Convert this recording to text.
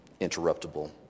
interruptible